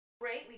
great